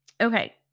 okay